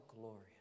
glorious